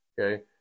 okay